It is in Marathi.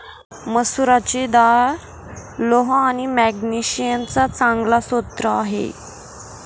मसुराची डाळ लोह आणि मॅग्नेशिअम चा चांगला स्रोत आहे